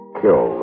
kill